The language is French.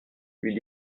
lui